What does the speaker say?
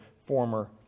former